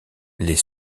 les